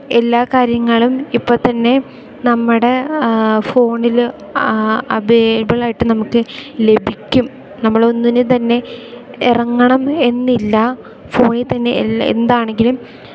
എല്ലാ കാര്യങ്ങളും ഇപ്പോൾതന്നെ നമ്മുടെ ഫോണിൽ അവൈലബിളായിട്ട് നമുക്ക് ലഭിക്കും നമ്മളൊന്നിനു തന്നെ ഇറങ്ങണം എന്നില്ല ഫോണിൽ തന്നെ എന്താണെങ്കിലും